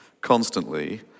constantly